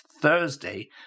Thursday